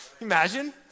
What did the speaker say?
Imagine